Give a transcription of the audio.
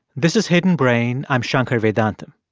this is hidden brain. i'm shankar vedantam.